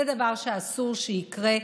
זה דבר שאסור שיקרה.